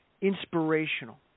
inspirational